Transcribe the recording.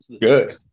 Good